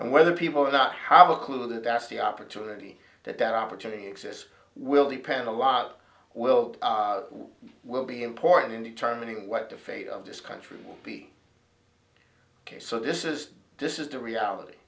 and whether people will not have a clue that that's the opportunity that that opportunity exists will depend a lot will be will be important in determining what the fate of this country will be ok so this is this is the reality